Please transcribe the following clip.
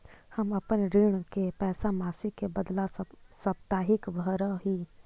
हम अपन ऋण के पैसा मासिक के बदला साप्ताहिक भरअ ही